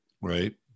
right